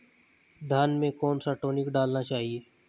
धान में कौन सा टॉनिक डालना चाहिए?